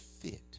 fit